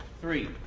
Three